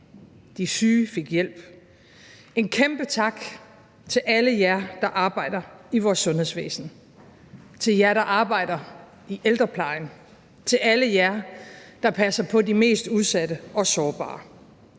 De syge fik hjælp. En kæmpe tak til alle jer, der arbejder i vores sundhedsvæsen, til jer, der arbejder i ældreplejen, til alle jer, der passer på de mest udsatte og sårbare.